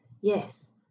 Yes